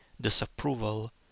disapproval